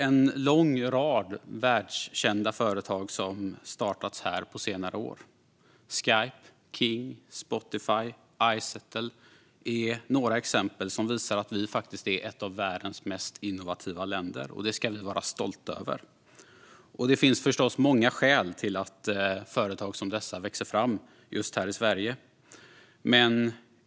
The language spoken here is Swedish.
En lång rad världskända företag har startats här på senare år; Skype, King, Spotify och Izettle är några exempel som visar att Sverige faktiskt är ett av världens mest innovativa länder. Det ska vi vara stolta över. Det finns förstås många skäl till att företag som dessa växer fram just här i Sverige.